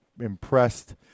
impressed